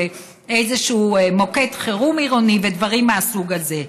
לאיזשהו מוקד חירום עירוני ודברים מהסוג הזה.